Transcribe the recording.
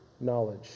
knowledge